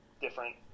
different